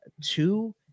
two